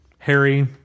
Harry